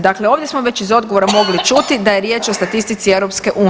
Dakle, ovdje smo već iz odgovora mogli čuti da je riječ o statistici EU.